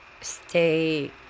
Stay